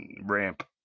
ramp